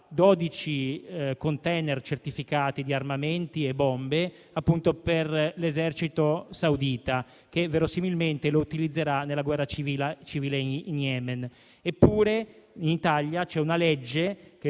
*container* certificati di armamenti e bombe per l'esercito saudita, che verosimilmente lo utilizzerà nella guerra civile in Yemen. Eppure in Italia c'è una legge che